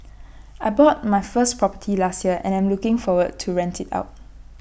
I bought my first property last year and I am looking to rent IT out